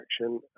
action